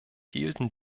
hielten